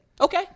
Okay